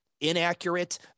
inaccurate